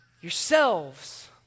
yourselves